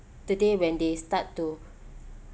the day when they start to